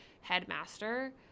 headmaster